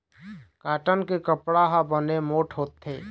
cotton के कपड़ा ह बने मोठ्ठ होथे